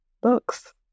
books